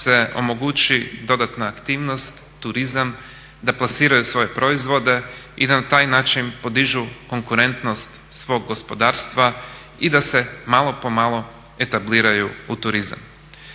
se omogući dodatna aktivnost, turizam, da plasiraju svoje proizvode i da na taj način podižu konkurentnost svog gospodarstva i da se malo po malo etabliraju u turizam.